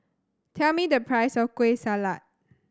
tell me the price of Kueh Salat